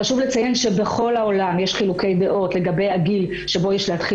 חשוב לציין שבכל העולם יש חילוקי דעות לגבי הגיל שבו יש להתחיל